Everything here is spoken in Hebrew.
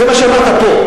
זה מה שאמרת פה.